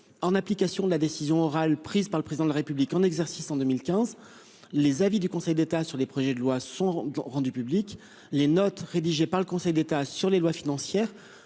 en application de la décision orale prise par le président de la République en exercice en 2015. Les avis du Conseil d'État sur les projets de loi sont rendus publics, les notes rédigées par le Conseil d'État sur les lois financières